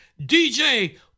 DJ